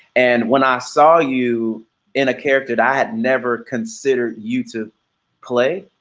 and when i saw you in a character i had never considered you to play,